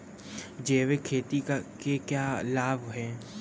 जैविक खेती के क्या लाभ हैं?